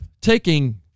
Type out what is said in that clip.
taking